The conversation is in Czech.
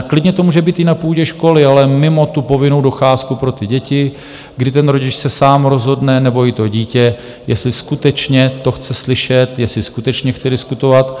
Klidně to může být i na půdě školy, ale mimo tu povinnou docházku pro ty děti, kdy rodič se sám rozhodne, nebo i to dítě, jestli skutečně to chce slyšet, jestli skutečně chce diskutovat.